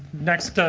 next,